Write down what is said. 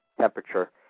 temperature